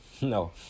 No